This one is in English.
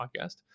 podcast